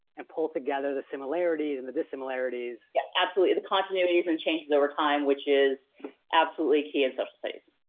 and pull together the similarities and the dissimilarities. yeah absolutely, the continuities and changes over time, which is absolutely key in social studies.